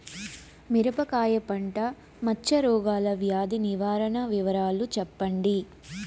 మిరపకాయ పంట మచ్చ రోగాల వ్యాధి నివారణ వివరాలు చెప్పండి?